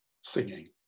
singing